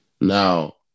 Now